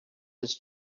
his